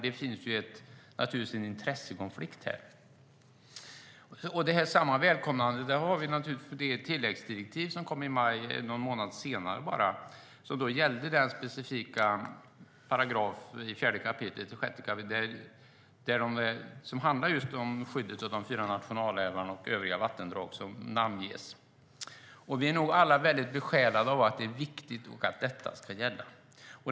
Det finns naturligtvis en intressekonflikt här. På samma sätt välkomnar vi naturligtvis det tilläggsdirektiv som kom i maj 2012, bara någon månad senare. Då gällde det specifikt 4 kap. 6 §, som handlar om skyddet av de fyra nationalälvarna och andra namngivna vattendrag. Vi är nog alla besjälade av att detta är viktigt och ska gälla.